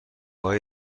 های